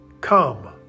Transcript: come